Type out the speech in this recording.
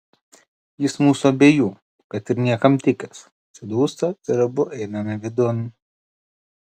jis mūsų abiejų kad ir niekam tikęs atsidūsta ir abu einame vidun